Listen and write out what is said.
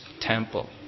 temple